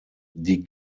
die